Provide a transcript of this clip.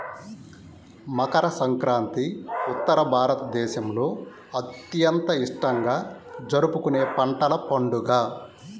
మకర సంక్రాంతి ఉత్తర భారతదేశంలో అత్యంత ఇష్టంగా జరుపుకునే పంటల పండుగ